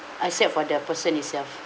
I said for the person itself